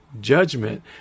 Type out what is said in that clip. judgment